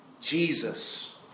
Jesus